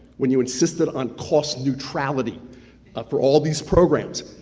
when you insisted on cost neutrality for all these programs.